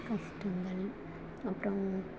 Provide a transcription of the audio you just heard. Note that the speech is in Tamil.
கஷ்டங்கள் அப்புறோம்